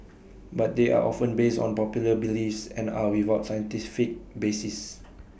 but they are often based on popular beliefs and are without scientific basis